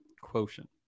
quotient